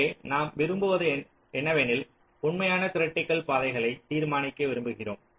எனவே நாம் விரும்புவது என்னவெனில் உண்மையான கிரிட்டிக்கல் பாதைகளை தீர்மானிக்க விரும்புகிறோம்